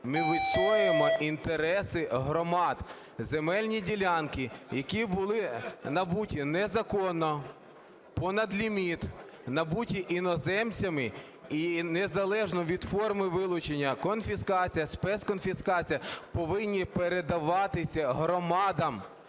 ми відстоюємо інтереси громад. Земельні ділянки, які були набуті незаконно, понад ліміт, набуті іноземцями і незалежно від форми вилучення (конфіскація, спецконфіскація) повинні передаватися громадам,